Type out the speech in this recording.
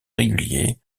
réguliers